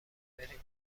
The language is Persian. بریم